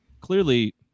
clearly